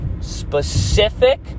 specific